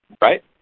right